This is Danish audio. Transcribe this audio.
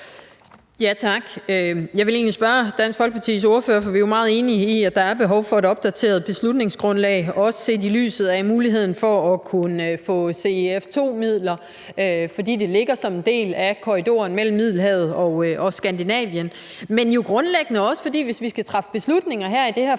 Tak. Jeg vil spørge Dansk Folkepartis ordfører om noget. Vi er jo meget enige i, at der er behov for et opdateret beslutningsgrundlag, også set i lyset af muligheden for at kunne få CEF II-midler, fordi det ligger som en del af korridoren mellem Middelhavet og Skandinavien, men jo grundlæggende også, fordi vi, hvis vi skal træffe beslutninger i det her